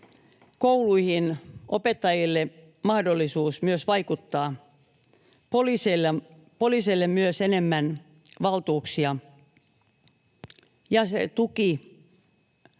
kouluihin, opettajille mahdollisuus myös vaikuttaa, poliiseille myös enemmän valtuuksia ja se tuki